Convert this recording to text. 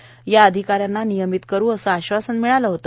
या वैदयकीय अधिकाऱ्यांना नियमित करू असं आश्वासन मिळाले होते